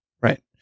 Right